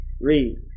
Read